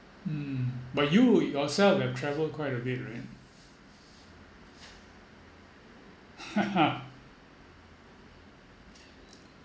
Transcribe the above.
mm but you yourself have traveled quite a bit right